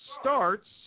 starts